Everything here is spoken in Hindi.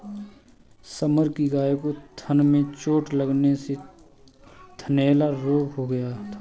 समर की गाय को थन में चोट लगने से थनैला रोग हो गया था